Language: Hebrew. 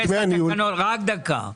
רק דקה.